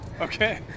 Okay